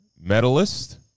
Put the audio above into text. medalist